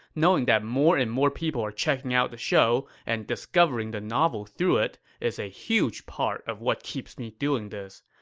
knowing that more and more people are checking out the show and discovering the novel through it is a huge part of what keeps me doing this.